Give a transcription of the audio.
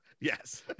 Yes